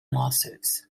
lawsuits